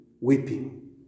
weeping